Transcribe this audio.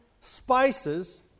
spices